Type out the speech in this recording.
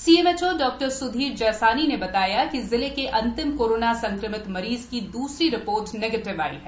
CMHO डॉ स्धीर जैसानी बताया कि जिले के अंतिम कोरोना संक्रमित मरीज की दूसरी रिपोर्ट निगेटिव आई है